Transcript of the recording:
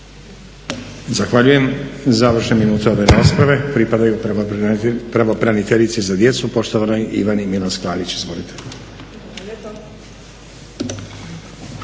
Zahvaljujem. Završne minute ove rasprave pripadaju pravobraniteljici za djecu poštovanoj Ivani Milas Klarić. Izvolite.